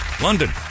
London